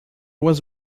was